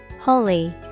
Holy